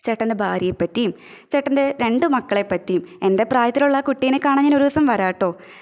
ചേട്ടന്റെ ഭാര്യയെ പറ്റീം ചേട്ടന്റെ രണ്ട് മക്കളെ പറ്റീം എന്റെ പ്രായത്തിലുള്ള ആ കുട്ടിനെ കാണാന് ഞാനൊരു ദിവസം വരാട്ടൊ